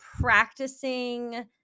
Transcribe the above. practicing